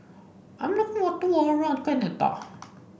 I'm looking for a tour around Canada